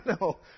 no